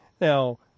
Now